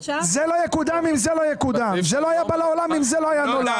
זה לא יקודם אם זה לא יקודם; זה לא היה בא לעולם אם זה לא היה נולד.